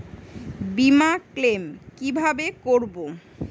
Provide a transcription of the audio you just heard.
বিমা ক্লেম কিভাবে করব?